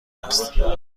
است